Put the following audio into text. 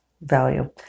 value